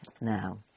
now